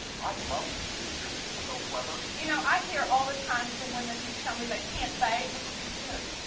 i love what you did here, this is so clever. you know i hear all the time from women who tell me they can't bake. look what you did.